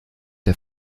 der